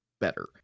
better